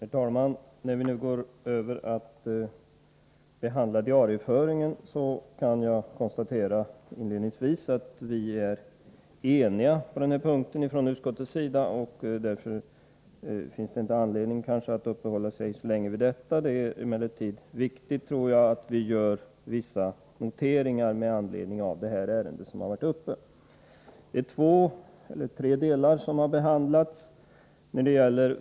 Herr talman! När vi nu går över till att behandla diarieföringen kan jag inledningsvis konstatera att utskottet är enigt på denna punkt. Därför finns det inte anledning att uppehålla sig så länge vid detta avsnitt. Det är emellertid viktigt att vi gör vissa noteringar med anledning av de ärenden som har varit uppe till granskning. Det är tre delar som har behandlats.